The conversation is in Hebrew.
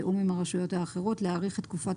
בתיאום עם הרשויות האחרות להאריך את תקופת